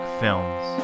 films